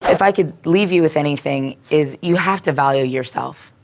if i could leave you with anything, is you have to value yourself.